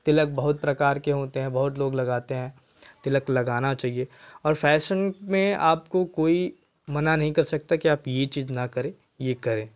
तिलक बहुत प्रकार के होते हैं बहुत लोग लगाते हैं तिलक लगाना चाहिए और फैशन में आपको कोई मना नहीं कर सकता कि आप यह चीज़ ना करें यह करें